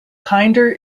kinder